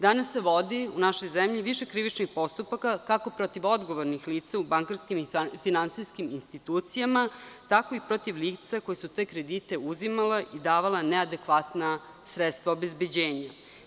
Danas se vodi u našoj zemlji više krivičnih postupaka kako protiv odgovornih lica u bankarskim i finansijskim institucijama, tako i protiv lica koji su te kredite uzimala i davala neadekvatna sredstva obezbeđenja.